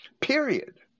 Period